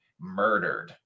murdered